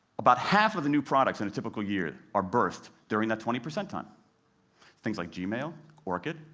about half of the new products in a typical year are birthed during that twenty percent time things like gmail, orkut,